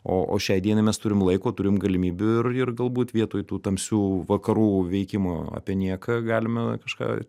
o o šiai dienai mes turim laiko turim galimybių ir ir galbūt vietoj tų tamsių vakarų veikimo apie nieką galime kažką